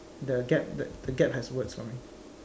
the gap the the gap has words for me